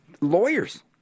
lawyers